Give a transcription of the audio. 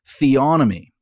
theonomy